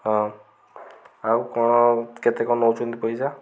ହଁ ଆଉ କ'ଣ କେତେ କ'ଣ ନଉଛନ୍ତି ପଇସା